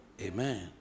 Amen